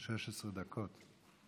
16 דקות.